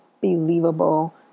believable